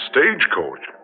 Stagecoach